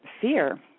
fear